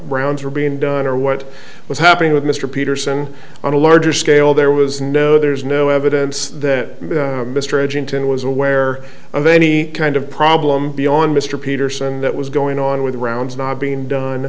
what rounds were being done or what was happening with mr peterson on a larger scale there was no there's no evidence that mr edgington was aware of any kind of problem beyond mr peterson that was going on with rounds not being done